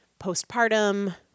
postpartum